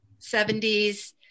70s